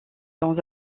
dans